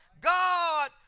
God